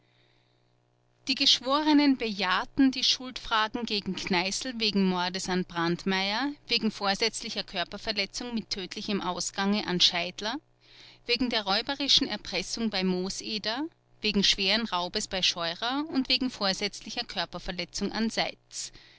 die geschworenen bejahten die schuldfragen gegen kneißl wegen mordes an brandmeier wegen vorsätzlicher körperverletzung mit tödlichem ausgange an scheidler wegen der räuberischen erpressung bei mooseder wegen schweren raubes bei scheurer und wegen vorsätzlicher körperverletzung an